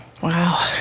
Wow